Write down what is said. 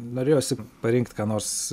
norėjosi parinkt ką nors